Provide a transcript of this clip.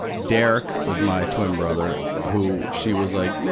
derek was my twin brother, who, she was like,